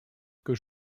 que